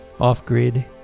Off-Grid